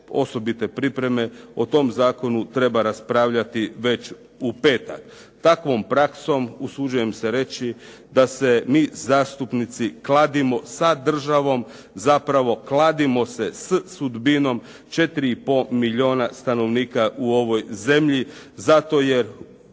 osobite pripreme o tom zakonu treba raspravljati već u petak. Takvom praksom usuđujem se reći da se mi zastupnici kladimo sa državom, zapravo kladimo se s sudbinom 4 i pol milijona stanovnika u ovoj zemlji, zato jer